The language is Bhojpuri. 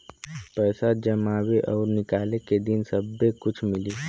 पैसा जमावे और निकाले के दिन सब्बे कुछ मिली